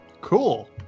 Cool